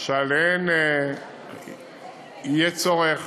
שעליהן יהיה צורך